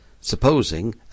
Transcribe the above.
supposing